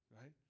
right